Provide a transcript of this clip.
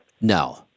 No